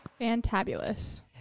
Fantabulous